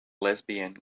lesbian